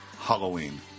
Halloween